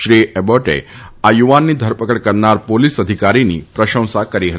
શ્રી એબોટે આ યુવાનની ધરપકડ કરનાર પોલીસ અધિકારીની પ્રશંસા કરી છે